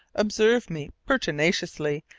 observed me pertinaciously,